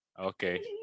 Okay